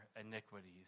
iniquities